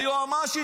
היועמ"שית,